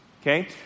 Okay